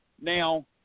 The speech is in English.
Now